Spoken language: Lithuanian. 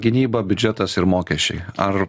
gynyba biudžetas ir mokesčiai ar